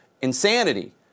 Insanity